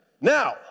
now